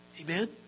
Amen